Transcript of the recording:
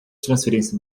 transferência